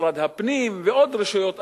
משרד הפנים ועוד רשויות אחרות,